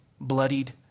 bloodied